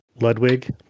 Ludwig